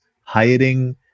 hiring